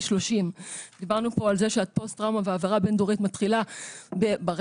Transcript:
30. דיברנו פה על זה שהפוסט-טראומה וההעברה הבין-דורית מתחילה ברחם.